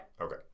Okay